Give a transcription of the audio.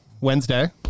Wednesday